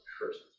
first